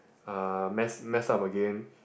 uh mess mess up again